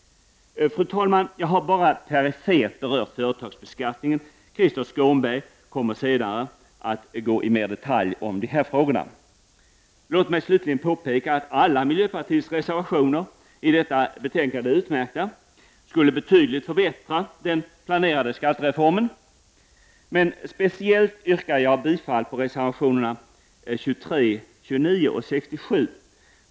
Fru talman! Jag har endast perifert berört företagsbeskattningen, och Krister Skånberg kommer senare att gå mer in i detalj på dessa frågor. Låt mig slutligen påpeka att alla miljöpartiets reservationer till detta betänkande är utmärkta och skulle förbättra den planerade skattereformen betydligt, men jag yrkar bifall till reservationerna 23, 29 och 67.